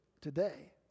today